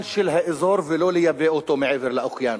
של האזור ולא לייבא אותו מעבר לאוקיינוס,